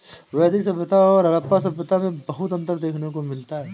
वैदिक सभ्यता और हड़प्पा सभ्यता में बहुत अन्तर देखने को मिला है